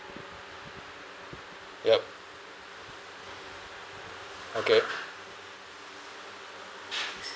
yup okay